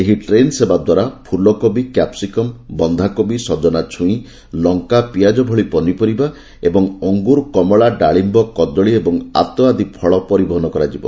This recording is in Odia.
ଏହି ଟ୍ରେନ୍ ସେବାଦ୍ୱାରା ଫୁଲକୋବି କ୍ୟାପ୍ସିକମ୍ ବନ୍ଧାକୋବି ସଜନା ଛୁଇଁ ଲଙ୍କା ପିଆଜ ଭଳି ପନିପରିବା ଏବଂ ଅଙ୍ଗୁର କମଳା ଡାଳିୟ କଦଳୀ ଏବଂ ଆତ ଆଦି ଫଳ ପରିବହନ କରାଯିବ